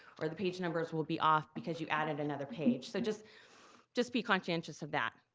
or the page numbers will be off because you added another page. so just just be conscientious of that.